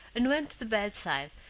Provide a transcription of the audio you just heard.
and went to the bedside,